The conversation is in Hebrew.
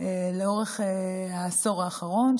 לאורך העשור האחרון,